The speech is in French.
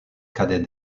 cadet